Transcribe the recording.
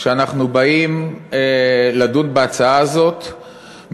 כשאנחנו באים לדון בהצעה הזאת,